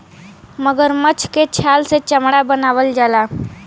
मगरमच्छ के छाल से चमड़ा बनावल जाला